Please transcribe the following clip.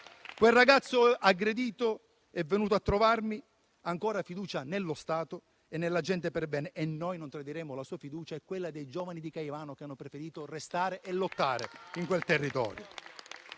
Quel ragazzo aggredito è venuto a trovarmi. Ha ancora fiducia nello Stato e nella gente perbene e noi non tradiremo la sua fiducia, né quella dei giovani di Caivano che hanno preferito restare e lottare in quel territorio.